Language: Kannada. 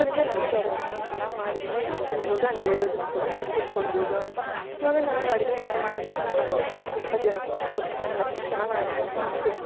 ನಂಗೆ ನಂಬಿಕೆ ಇರುತ್ತೆ ನಾನು ಚೆನ್ನಾಗ್ ಮಾಡಿದೀನಿ ನಾನು ತಿನ್ಬೌದು ಆ್ಯಂಡ್ ಬೇರೆಯವ್ರಿಗು ಕೂಡ ನಾನು ಹೇಳ್ಕೊಡ್ಬೌದು ಅಂತ ಇವಾಗ ನನಗ್ ಅಡಿಗೆ ಏನಾದರು ಮಾಡೋಕ್ ಬಿಟ್ಟರೆ ನಾನು ಹತ್ತು ಜನಕ್ಕೆ ಇಪ್ಪತ್ತು ಜನಕ್ಕು ಮಾಡ್ಕೋಡ್ತಿನಿ ನನ್ಗೆ ಅಷ್ಟು ಚೆನ್ನಾಗ್ ನಾನು ಅಡಿಗೆ ಮಾಡ್ತಿನಿ